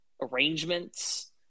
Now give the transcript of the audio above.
arrangements